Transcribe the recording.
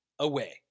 away